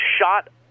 shot